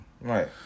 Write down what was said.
Right